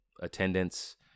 attendance